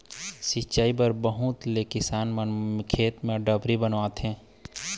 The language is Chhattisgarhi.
सिंचई बर बहुत ले किसान मन खेत म डबरी बनवाथे